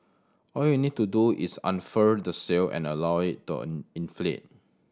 all you need to do is unfurl the sail and allow down inflate